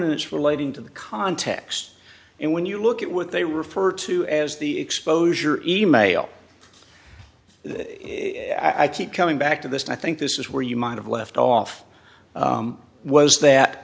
this relating to the context and when you look at what they refer to as the exposure e mail i keep coming back to this and i think this is where you might have left off was that